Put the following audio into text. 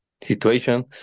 situation